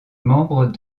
membres